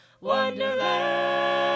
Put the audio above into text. wonderland